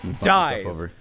dies